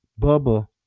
Bubba